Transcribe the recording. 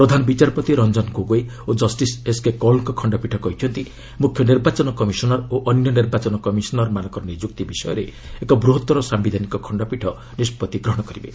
ପ୍ରଧାନ ବିଚାରପତି ରଞ୍ଜନ ଗୋଗଇ ଓ justice S K କୌଲ୍ଙ୍କ ଖଣ୍ଡପୀଠ କହିଛନ୍ତି ମୁଖ୍ୟ ନିର୍ବାଚନ କମିଶନର୍ ଓ ଅନ୍ୟ ନିର୍ବାଚନ କମିଶନର୍ଙ୍କ ନିଯୁକ୍ତି ବିଷୟରେ ଏକ ବୃହତର ସାମ୍ବିଧାନିକ ଖଣ୍ଡପୀଠ ନିଷ୍କଭି ନେବେ